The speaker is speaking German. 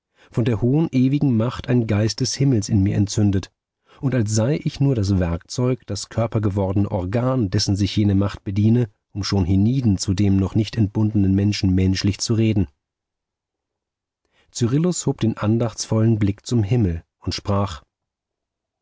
von der hohen ewigen macht ein geist des himmels in mir entzündet und als sei ich nur das werkzeug das körpergewordene organ dessen sich jene macht bediene um schon hienieden zu dem noch nicht entbundenen menschen menschlich zu reden cyrillus hob den andachtsvollen blick zum himmel und sprach